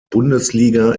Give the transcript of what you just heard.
bundesliga